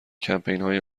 کمپینهای